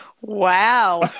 Wow